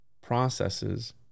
processes